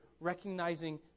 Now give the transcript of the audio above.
recognizing